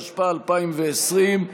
התשפ"א 2020,